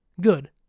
Good